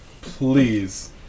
please